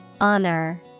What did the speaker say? Honor